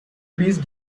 please